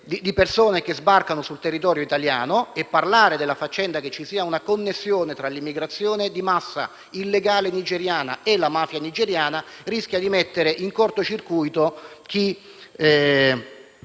di persone che sbarcano sul territorio italiano e dire che ci sia una connessione tra l'immigrazione di massa illegale nigeriana e la mafia nigeriana rischia di creare un corto circuito in